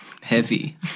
heavy